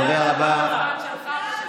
הדובר הבא, חבר הכנסת